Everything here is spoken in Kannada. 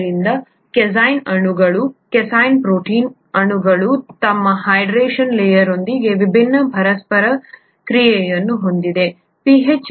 ಆದ್ದರಿಂದ ಕ್ಯಾಸೀನ್ ಅಣುಗಳು ಕ್ಯಾಸೀನ್ ಪ್ರೋಟೀನ್ ಅಣುಗಳು ತಮ್ಮ ಹೈಡ್ರೆಷನ್ ಲೇಯರ್ನೊಂದಿಗೆ ವಿಭಿನ್ನ ಪರಸ್ಪರ ಕ್ರಿಯೆಯನ್ನು ಹೊಂದಿವೆ